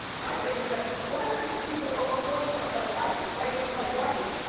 my thing is that what happens to people over forty five? like i fit right in, like why can't,